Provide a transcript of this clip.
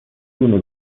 دونی